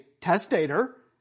Testator